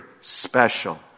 special